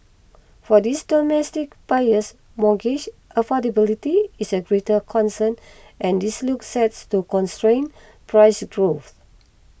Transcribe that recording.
for these domestic buyers mortgage affordability is a greater concern and this looks set to constrain price growth